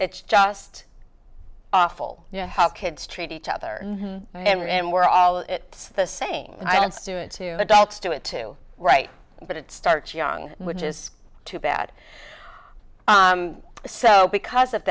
it's just awful you know how kids treat each other and we're all it's the same i am students who adults do it too right but it starts young which is too bad so because of